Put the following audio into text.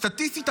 סטטיסטית,